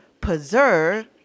preserve